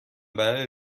برای